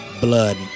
Blood